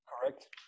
Correct